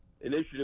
initiative